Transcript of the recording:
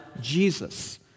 Jesus